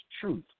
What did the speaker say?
truth